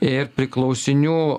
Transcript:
ir priklausinių